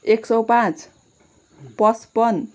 एक सय पाँच पचपन्न